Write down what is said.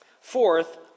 fourth